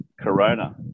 Corona